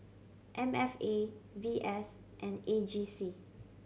M F A V S and A G C